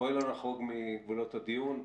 חלי, בואי לא נחרוג מגבולות הדיון.